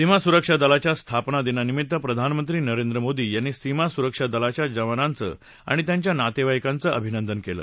सीमा सुरक्षा दलाच्या स्थापना दिनानिभित्त प्रधानमंत्री नरेंद्र मोदी यांनी सीमा सुरक्षा दलाच्या जवानांचं आणि त्यांच्या नातेवाईकांचं अभिनंदन केलं